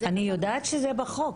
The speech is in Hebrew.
אני יודעת שזה בחוק.